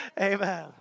Amen